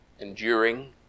enduring